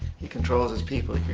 he controls his people.